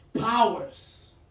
powers